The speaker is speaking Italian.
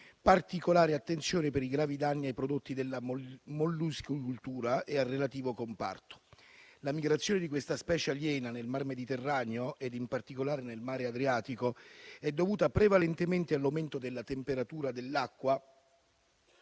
particolare attenzione per i gravi danni prodotti alla molluschicoltura e al relativo comparto. La migrazione di questa specie aliena nel mar Mediterraneo ed in particolare nel mar Adriatico è dovuta prevalentemente all'aumento della temperatura dell'acqua